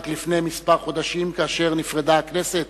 רק לפני חודשים מספר, כאשר נפרדה הכנסת